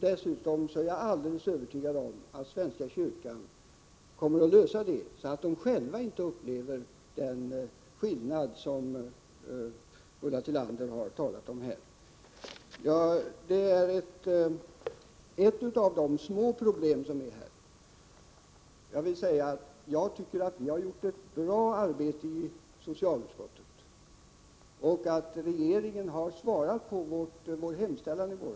Dessutom är jag helt övertygad om att svenska kyrkan kommer att lösa den här frågan för dessa familjer. Jag tror inte att de anställda kommer att uppleva den skillnad som Ulla Tillander här har talat om. Det här är ett litet problem i sammanhanget. Jag tycker att vi har gjort ett bra arbete i socialutskottet och att regeringen har tillmötesgått oss i vår hemställan från i våras.